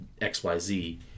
xyz